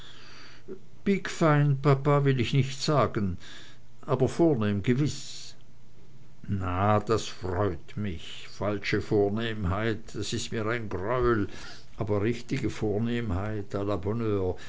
pikfein papa will ich nicht sagen aber vornehm gewiß na das freut mich falsche vornehmheit ist mir ein greuel aber richtige vornehmheit